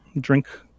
drink